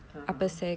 (uh huh)